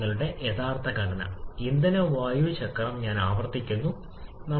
ഇപ്പോൾ നമ്മൾ സ്ഥിരമായ വോളിയം താപ സങ്കലനത്തെക്കുറിച്ച് സംസാരിക്കുകയാണെങ്കിൽ